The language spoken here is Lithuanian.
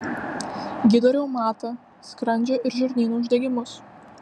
gydo reumatą skrandžio ir žarnyno uždegimus